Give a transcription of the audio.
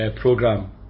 program